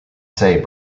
say